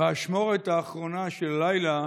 באשמורת האחרונה של הלילה,